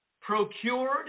procured